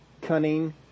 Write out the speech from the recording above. cunning